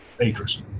acres